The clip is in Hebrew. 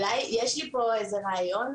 יש לי פה רעיון,